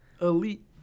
Elite